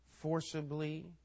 forcibly